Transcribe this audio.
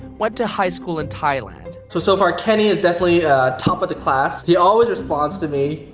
went to high school in thailand. so so far, kenny is definitely top of the class. he always responds to me.